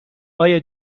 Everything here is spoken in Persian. آیا